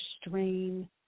strain